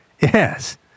Yes